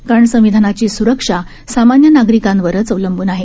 कारण संविधानाची स्रक्षा सामान्य नागरिकांवर अवलंबून आहे